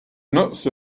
nuts